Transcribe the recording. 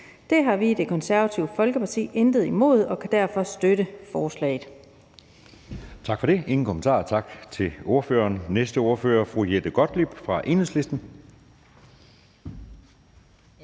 Det har vi i Det Konservative Folkeparti intet imod og kan derfor støtte forslaget. Kl. 11:42 Anden næstformand (Jeppe Søe): Tak for det. Der er ingen kommentarer, tak til ordføreren. Næste ordfører er fru Jette Gottlieb fra Enhedslisten.